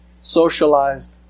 socialized